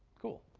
cool.